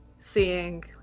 seeing